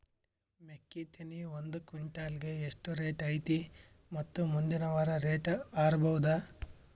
ಮೆಕ್ಕಿ ತೆನಿ ಒಂದು ಕ್ವಿಂಟಾಲ್ ಗೆ ಎಷ್ಟು ರೇಟು ಐತಿ ಮತ್ತು ಮುಂದಿನ ವಾರ ರೇಟ್ ಹಾರಬಹುದ?